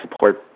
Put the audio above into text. support